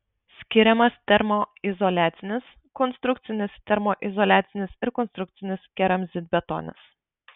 skiriamas termoizoliacinis konstrukcinis termoizoliacinis ir konstrukcinis keramzitbetonis